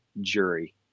jury